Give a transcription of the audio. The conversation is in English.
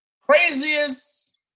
craziest